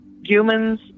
humans